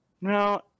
No